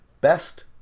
Best